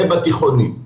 ובתיכונים.